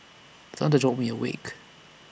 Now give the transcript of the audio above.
thunder jolt me awake